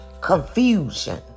confusion